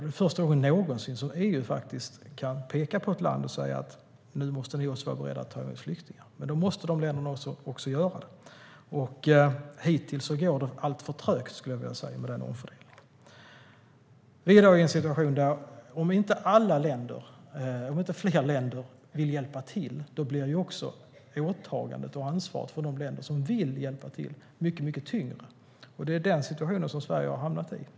Det är första gången någonsin som EU kan peka på ett land och säga: "Nu måste ni också vara beredda att ta emot flyktingar." Men då måste de länderna också göra det. Hittills går den omfördelningen alltför trögt. Om inte fler länder vill hjälpa till blir åtagandet och ansvaret för de länder som vill hjälpa till mycket tyngre. Det är den situationen som Sverige har hamnat i.